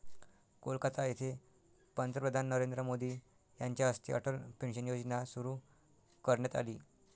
कोलकाता येथे पंतप्रधान नरेंद्र मोदी यांच्या हस्ते अटल पेन्शन योजना सुरू करण्यात आली